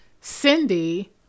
Cindy